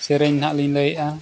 ᱥᱮᱨᱮᱧ ᱱᱟᱜ ᱞᱤᱧ ᱞᱟᱹᱭᱮᱜᱼᱟ